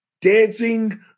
dancing